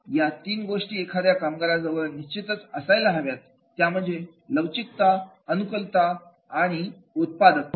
या तीन गोष्टी एखाद्या कामगारा जवळ निश्चितच असायला हव्यात त्या म्हणजे लवचिकता अनुकूलता आणि उत्पादकता